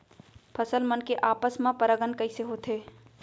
फसल मन के आपस मा परागण कइसे होथे?